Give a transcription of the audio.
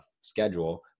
schedule